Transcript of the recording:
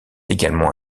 également